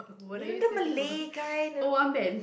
you know the Malay guy